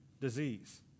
disease